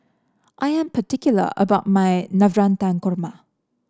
I am particular about my Navratan Korma